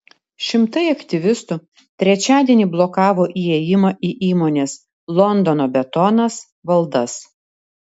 šimtai aktyvistų trečiadienį blokavo įėjimą į įmonės londono betonas valdas